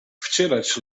wcierać